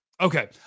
Okay